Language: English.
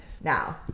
now